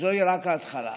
וזוהי רק ההתחלה.